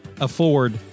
afford